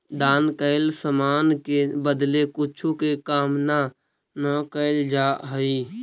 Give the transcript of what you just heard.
दान कैल समान के बदले कुछो के कामना न कैल जा हई